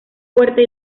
fuerte